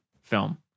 film